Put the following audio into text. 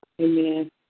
Amen